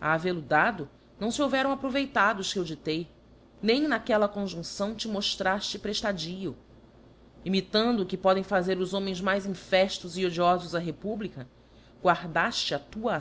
a havel-o dado não fe houveram aproveitado os que eu diâei nem naquella conjuncção te moftrafte preftadío imitando o que podem fazer os homens mais infeftos e odiofos á republica guardafte a tua